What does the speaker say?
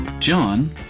John